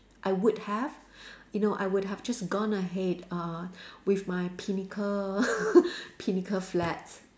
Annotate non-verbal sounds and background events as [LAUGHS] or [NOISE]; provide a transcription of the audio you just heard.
I would have you know I would have just gone ahead uh with my pinnacle [LAUGHS] pinnacle flat